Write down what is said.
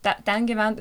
ten ten gyvent